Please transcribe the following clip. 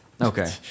Okay